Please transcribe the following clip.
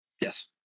yes